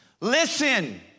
Listen